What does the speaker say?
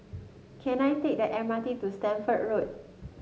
can I take the M R T to Stamford Road